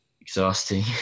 exhausting